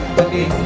but the